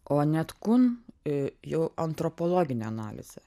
o netkun i jau antropologinę analizę